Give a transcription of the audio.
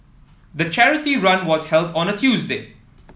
the charity run was held on a Tuesday